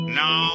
no